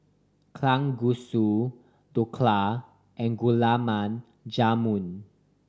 Kalguksu Dhokla and Gulab Jamun